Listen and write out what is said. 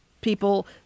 people